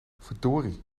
verdorie